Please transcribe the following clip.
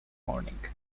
morning